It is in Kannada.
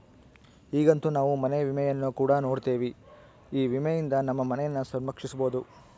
ಈಗಂತೂ ನಾವು ಮನೆ ವಿಮೆಯನ್ನು ಕೂಡ ನೋಡ್ತಿವಿ, ಈ ವಿಮೆಯಿಂದ ನಮ್ಮ ಮನೆಯನ್ನ ಸಂರಕ್ಷಿಸಬೊದು